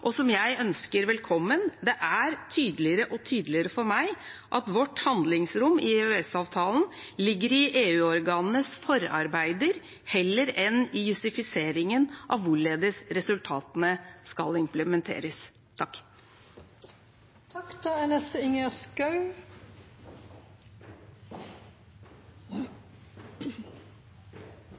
og som jeg ønsker velkommen. Det er tydeligere og tydeligere for meg at vårt handlingsrom i EØS-avtalen ligger i EU-organenes forarbeider, heller enn i jussifiseringen av hvorledes resultatene skal implementeres.